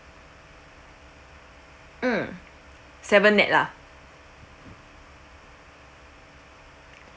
mm seven nett lah